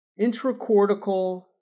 intracortical